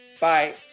bye